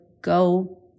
go